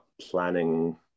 planning